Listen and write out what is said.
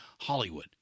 Hollywood